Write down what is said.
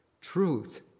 truth